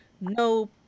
no